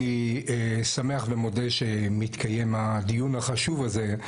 אני שמח ומודה שמתקיים הדיון החשוב הזה,